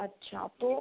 अच्छा तो